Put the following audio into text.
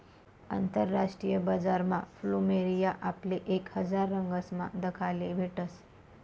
आंतरराष्ट्रीय बजारमा फ्लुमेरिया आपले एक हजार रंगसमा दखाले भेटस